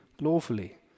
lawfully